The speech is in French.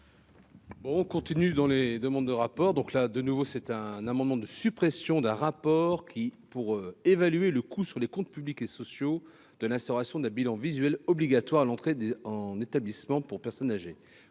on continue dans les demandes de rapport, donc là, de nouveau, c'est un amendement de suppression d'un rapport qui pour évaluer le coût sur les comptes publics et sociaux de l'instauration d'un bilan visuel obligatoire à l'entrée en établissements pour personnes âgées,